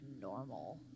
normal